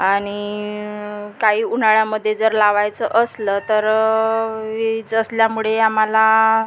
आणि काही उन्हाळ्यामध्ये जर लावायचं असेल तर वीज असल्यामुळे आम्हाला